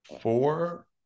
four